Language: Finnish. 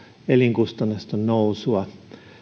elinkustannusten nousua